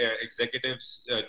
executives